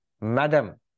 Madam